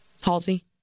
Halsey